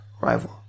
rival